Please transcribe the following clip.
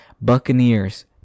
Buccaneers